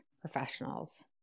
professionals